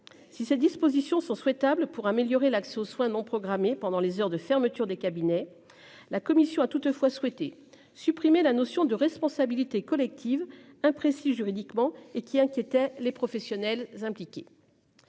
Si ces dispositions sont souhaitables pour améliorer l'accès aux soins non programmés pendant les heures de fermeture des cabinets. La Commission a toutefois souhaité supprimer la notion de responsabilité collective imprécis juridiquement et qui inquiétait les professionnels impliqués.